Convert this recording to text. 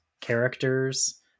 characters